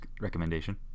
recommendation